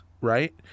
right